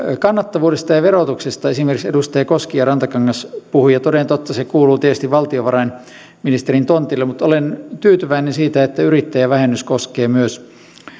kannattavuudesta ja verotuksesta esimerkiksi edustaja koski ja rantakangas puhuivat ja toden totta se kuuluu tietysti valtiovarainministerin tontille mutta olen tyytyväinen siitä että yrittäjävähennys koskee myös